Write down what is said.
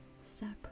separate